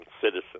citizen